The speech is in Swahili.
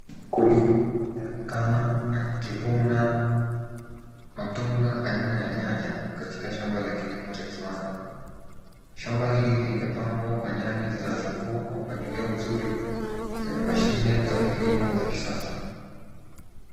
Mkulima anayeonekana akivuna matunda aina ya nyanya katika shamba la kilimo cha kiwanda. Shamba hili limepambwa kwa nyanya zinazokua kwa mpangilio mzuri kwenye mashine za kilimo za kisasa.